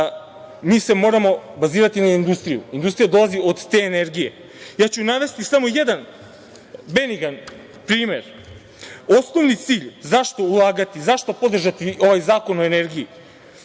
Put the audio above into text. – mi se moramo bazirati na industriju. Industrija dolazi od te energije. Navešću samo jedan benigan primer. Osnovni cilj, zašto ulagati, zašto podržati ovaj Zakon o energiji